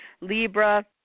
libra